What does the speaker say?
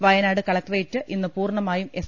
വയ നാട് കളക്ടറേറ്റ് ഇന്ന് പൂർണമായും എസ്